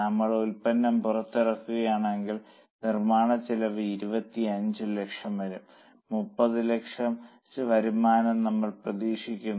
നമ്മൾ ഉൽപ്പന്നം പുറത്തിറക്കുകയാണെങ്കിൽ നിർമ്മാണച്ചെലവ് 25 ലക്ഷം വരും 30 ലക്ഷം വരുമാനം നമ്മൾ പ്രതീക്ഷിക്കുന്നു